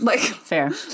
Fair